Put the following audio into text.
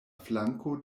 flanko